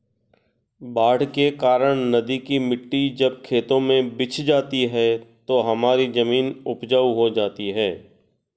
बाढ़ के कारण नदी की मिट्टी जब खेतों में बिछ जाती है तो हमारी जमीन उपजाऊ हो जाती है